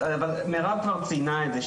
מרב כבר ציינה את זה,